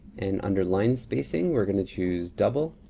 and underline spacing we're gonna choose double.